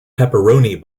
pepperoni